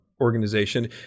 organization